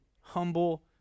humble